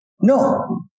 No